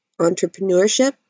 entrepreneurship